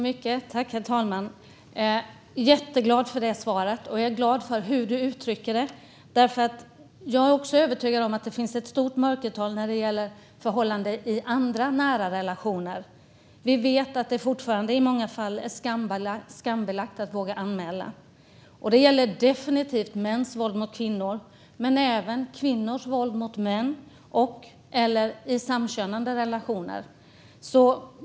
Herr talman! Jag är jätteglad för det svaret. Jag är också glad för hur statsrådet uttryckte svaret, för jag är övertygad om att det finns ett stort mörkertal när det gäller förhållanden i andra nära relationer. Vi vet att det fortfarande i många fall är skambelagt att våga anmäla. Det gäller definitivt mäns våld mot kvinnor, men det gäller även kvinnors våld mot män och våld i samkönade relationer.